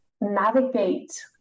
navigate